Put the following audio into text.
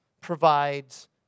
provides